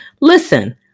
Listen